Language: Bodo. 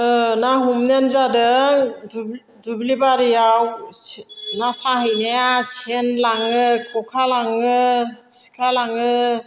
ना हमनायानो जादों दुब्लि दुब्लि बारियाव ना साहैनाया सेन लाङो खखा लाङो सिखा लाङो